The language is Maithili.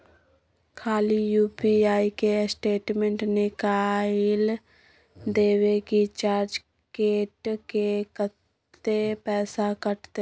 खाली यु.पी.आई के स्टेटमेंट निकाइल देबे की चार्ज कैट के, कत्ते पैसा कटते?